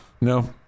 No